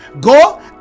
go